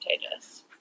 contagious